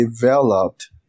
developed